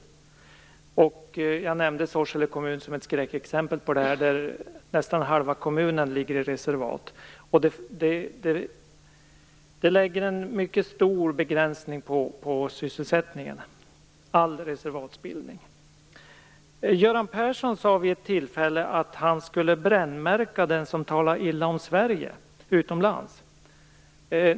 Som ett skräckexempel på detta nämnde jag Sorsele, där nästan halva kommunen ligger i reservat. All reservatsbildning innebär en mycket stor begränsning av sysselsättningen. Göran Persson sade vid ett tillfälle att han skulle brännmärka den som talar illa om Sverige utomlands.